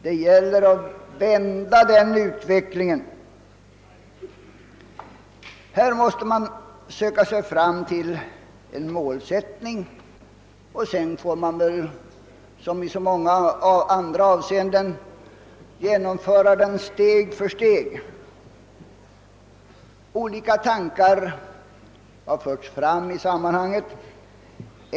Det gäller att vända denna utveckling. Man måste söka sig fram till en målsättning, och sedan får man väl — som i så många andra avseenden — sträva mot målet steg för steg. Olika tankar har förts fram i sammanhanget.